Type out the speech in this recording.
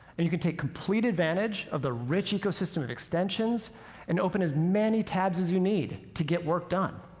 and you can take complete advantage of the rich ecosystem of extensions and open as many tabs as you need to get work done.